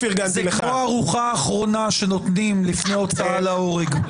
זה כמו הארוחה האחרונה שנותנים לפני ההוצאה להורג.